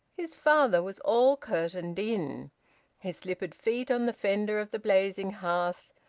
his father was all curtained in his slippered feet on the fender of the blazing hearth,